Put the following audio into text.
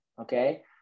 okay